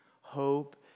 hope